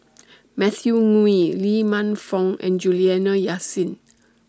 Matthew Ngui Lee Man Fong and Juliana Yasin